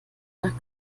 nach